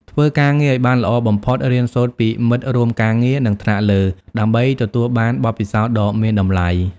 ធ្វើការងារឲ្យបានល្អបំផុត រៀនសូត្រពីមិត្តរួមការងារ និងថ្នាក់លើ ដើម្បីទទួលបាន បទពិសោធន៍ដ៏មានតម្លៃ។